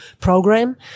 program